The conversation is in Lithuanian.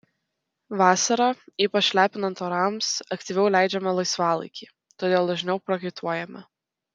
vasarą ypač lepinant orams aktyviau leidžiame laisvalaikį todėl dažniau prakaituojame